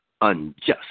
Unjust